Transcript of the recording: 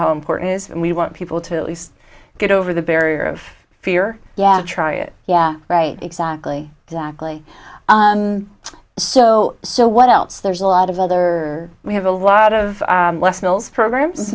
how important is and we want people to at least get over the barrier of fear yeah try it yeah right exactly exactly so so what else there's a lot of other we have a lot of mills programs